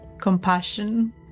compassion